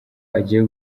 agiye